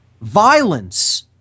Violence